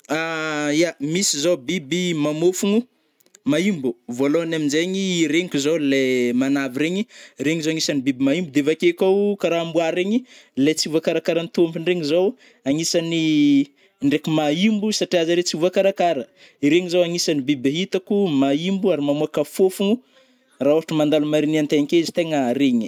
Ya misy zô biby mamôfogno, maîmbo vôlohany aminjegny reniky zô le manavy regny, regny zao agnisany biby maimbo de avake koa o kara amboa regny, le tsy voakarakara ny tompony regny zao agnisany ndreky maimbo satria zare tsy voakarakara, iregny zao agnisany biby itako maimbo ary mamoaka fôfogno ra ôhatra mandalo marigny antegna ake izy tegna regny.